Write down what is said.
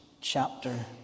chapter